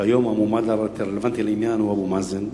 שהיום המועמד הרלוונטי לעניין הוא אבו מאזן,